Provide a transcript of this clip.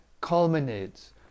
culminates